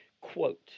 Quote